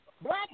Black